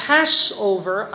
Passover